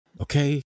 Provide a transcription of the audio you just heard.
Okay